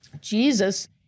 Jesus